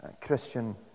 Christian